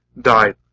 died